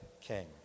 king